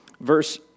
Verse